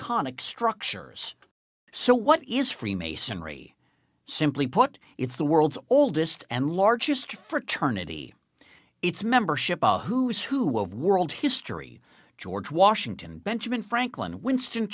conic structures so what is freemasonry simply put it's the world's oldest and largest fraternity its membership who's who of world history george washington benjamin franklin winston